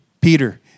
Peter